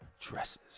dresses